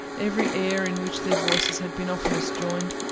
every air in which their voices had been oftenest joined,